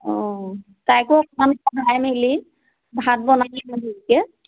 অঁ তাইকো অকমান